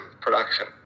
production